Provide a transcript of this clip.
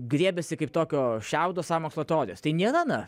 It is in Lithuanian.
griebiasi kaip tokio šiaudo sąmokslo teorijos tai nėra na